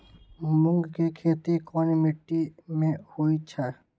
मूँग के खेती कौन मीटी मे होईछ?